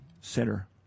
Center